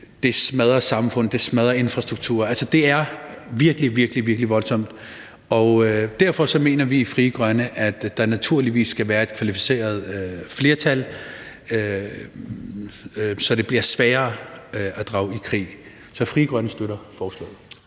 Det smadrer samfund. Det smadrer infrastruktur. Altså, det er virkelig, virkelig voldsomt, og derfor mener vi i Frie Grønne, at der naturligvis skal være et kvalificeret flertal, så det bliver sværere at drage i krig. Så Frie Grønne støtter forslaget.